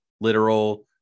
literal